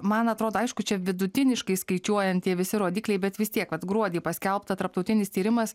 man atrodo aišku čia vidutiniškai skaičiuojant tie visi rodikliai bet vis tiek vat gruodį paskelbta tarptautinis tyrimas